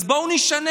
אז בואו נשנה,